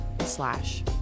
slash